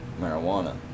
marijuana